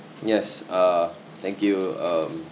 yes uh thank you um